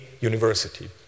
university